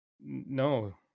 No